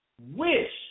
Wish